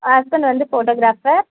ஆ husband வந்து photographer